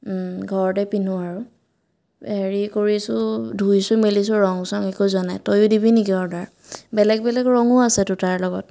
ঘৰতে পিন্ধোঁ আৰু হেৰি কৰিছোঁ ধুইছোঁ মেলিছোঁ ৰং চং একো যোৱা নাই তয়ো দিবি নেকি অৰ্ডাৰ বেলেগ বেলেগ ৰঙো আছেতো তাৰ লগত